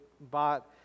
bought